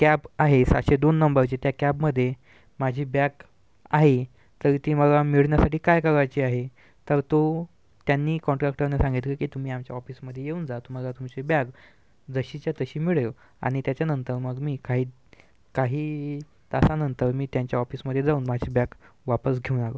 cab आहे सातशे दोन नंबरची त्या कॅबमधे माझी बॅग आहे तरी ती मला मिळण्यासाठी काय करायचे आहे तर तो त्यांनी कॉन्ट्रॅक्टरना सांगितले की तुम्ही आमच्या ऑफिसमध्ये येऊन जा तुम्हाला तुमची बॅग जशीच्या तशी मिळेल आणि त्याच्यानंतर मग मी काही काही तासानंतर तर मी त्यांच्या ऑफिसमध्ये जाऊन माझी बॅग वापस घेऊन आलो